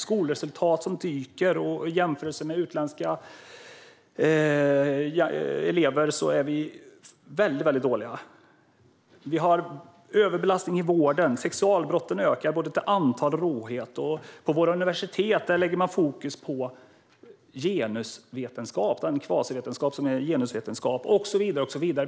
Skolresultaten dyker, och i jämförelse med utländska elever är vi väldigt dåliga. Vi har en överbelastning i vården och sexualbrott som ökar både till antal och i råhet. På våra universitet lägger man fokus på den kvasivetenskap som genusvetenskap är och så vidare.